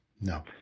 no